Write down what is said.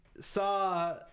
saw